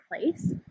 place